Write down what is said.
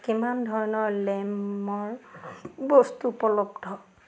কিমান ধৰণৰ লেমৰ বস্তু উপলব্ধ